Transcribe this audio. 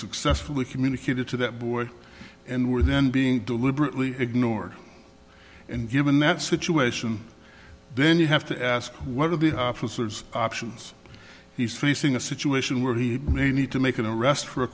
successfully communicated to that board and were then being deliberately ignored and given that situation then you have to ask one of the officers options he's facing a situation where he may need to make an arrest for a